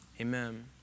Amen